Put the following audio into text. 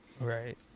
Right